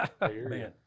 Man